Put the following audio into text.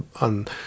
on